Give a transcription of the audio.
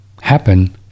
happen